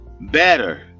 Better